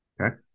Okay